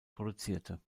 produzierte